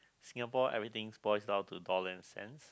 Singapore everything spoils down to dollar and cents